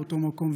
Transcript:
באותו מקום,